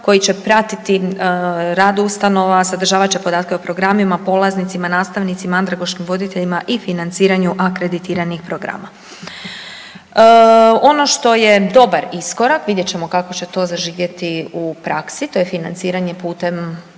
koji će pratiti rad ustanova, sadržavat će podatke o programima, polaznicima, nastavnicima, andragoškim voditeljima i financiranju akreditiranih programa. Ono što je dobar iskorak, vidjet ćemo kako će to zaživjeti u praksi, to je financiranje putem